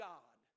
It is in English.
God